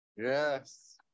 Yes